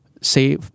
say